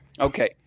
Okay